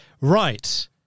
Right